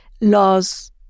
laws